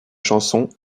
chansons